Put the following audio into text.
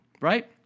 right